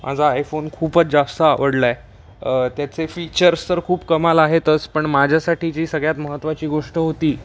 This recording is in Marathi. माझा आयफोन खूपच जास्त आवडला आहे त्याचे फीचर्स तर खूप कमाल आहेतच पण माझ्यासाठी जी सगळ्यात महत्त्वाची गोष्ट होती